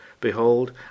behold